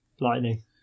Lightning